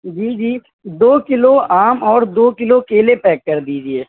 جی جی دو کلو آم اور دو کلو کیلے پیک کر دیجیے